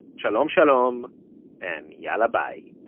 shalom shalom and yalla bye.